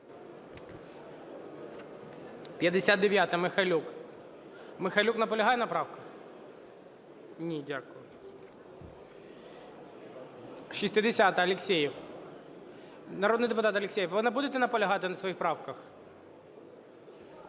59-а, Михайлюк. Михайлюк наполягає на правках? Ні. Дякую. 60-а, Алєксєєв. Народний депутат Алєксєєв, ви не будете наполягати на своїх правках?